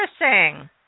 interesting